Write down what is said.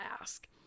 ask